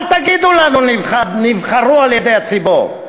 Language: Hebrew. אל תגידו לנו: נבחרו על-ידי הציבור.